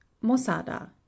MOSADA